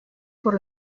por